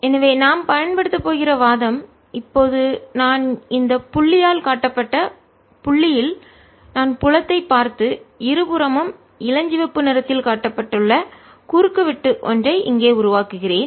எனவே நாம் பயன்படுத்தப் போகிற வாதம் இப்போது நான் இந்த புள்ளி யால் காட்டப்பட்ட புள்ளியில் நான் புலத்தைப் பார்த்து இருபுறமும் இளஞ்சிவப்பு நிறத்தில் காட்டப்பட்டுள்ள குறுக்கு வெட்டு ஒன்றை இங்கே உருவாக்குகிறேன்